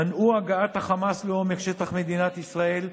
מנעו הגעת החמאס לעומק שטח מדינת ישראל,